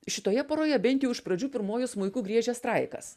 šitoje poroje bent jau iš pradžių pirmuoju smuiku griežia sraigtas